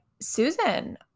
Susan